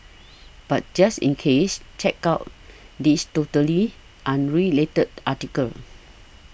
but just in case check out this totally unrelated article